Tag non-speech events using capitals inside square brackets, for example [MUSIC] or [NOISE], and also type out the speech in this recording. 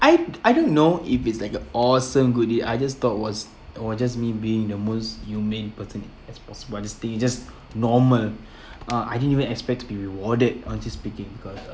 I I don't know if it's like a awesome good deed I just thought it was it was just me being the most humane person as possible I just think it's just normal [BREATH] uh I didn't even expect to be rewarded honestly speaking because